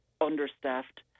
understaffed